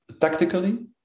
tactically